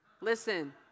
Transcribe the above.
Listen